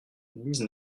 dix